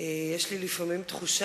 הצהרות